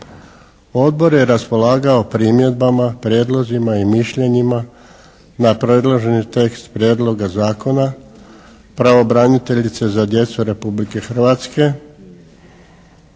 Odbor je raspolagao primjedbama, prijedlozima i mišljenjima na predloženi tekst prijedloga zakona pravobraniteljice za djecu Republike Hrvatske,